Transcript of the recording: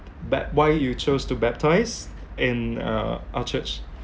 bap~ why you chose to baptise in uh our church